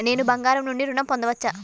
నేను బంగారం నుండి ఋణం పొందవచ్చా?